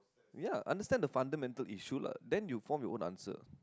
ya understand the fundamental issue lah then you form your own answer